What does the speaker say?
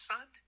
Son